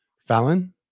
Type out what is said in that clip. Fallon